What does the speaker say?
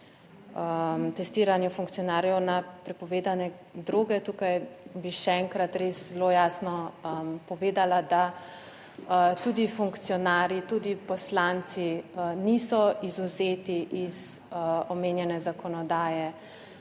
testiranju funkcionarjev na prepovedane droge. Tukaj bi še enkrat res zelo jasno povedala, da tudi funkcionarji, tudi poslanci niso izvzeti iz omenjene zakonodaje.